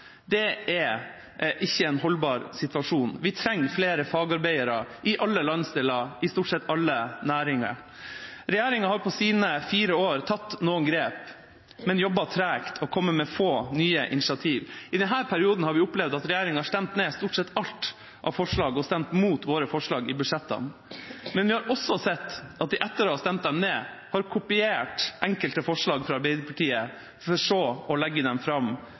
Det er ikke en holdbar situasjon. Vi trenger flere fagarbeidere i alle landsdeler i stort sett alle næringer. Regjeringa har på sine fire år tatt noen grep, men jobbet tregt og kommet med få nye initiativ. I denne perioden har vi opplevd at regjeringa har stemt ned stort sett alt av forslag og stemt mot våre forslag i budsjettene. Men vi har også sett at de etter å ha stemt dem ned, har kopiert enkelte forslag fra Arbeiderpartiet for så å legge dem fram